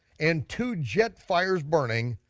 and two jet fires burning,